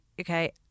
okay